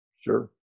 Sure